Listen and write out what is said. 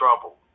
trouble